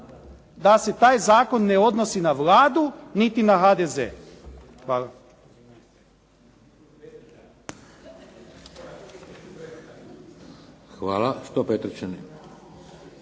da se taj zakon ne odnosi za Vladu niti na HDZ. Hvala. **Šeks, Vladimir